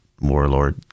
warlord